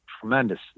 tremendous